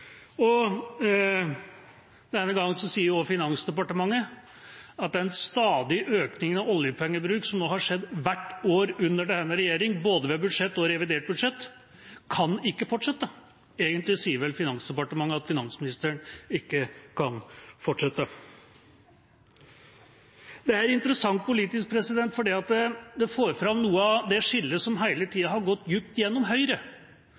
arbeidslivet. Denne gangen sier også Finansdepartementet at den stadig økninga av oljepengebruk som nå har skjedd hvert år under denne regjeringa, både ved budsjett og revidert budsjett, kan ikke fortsette. Egentlig sier vel Finansdepartementet at finansministeren ikke kan fortsette. Dette er interessant politisk fordi det får fram noe av det skillet som hele tida har gått dypt gjennom Høyre,